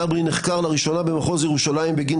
סברי נחקר לראשונה במחוז ירושלים בגין